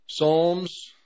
Psalms